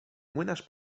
młynarz